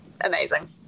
amazing